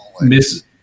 miss